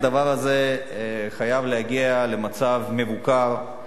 הדבר הזה חייב להגיע למצב מבוקר,